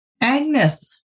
Agnes